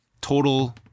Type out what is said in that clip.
total